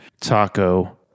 taco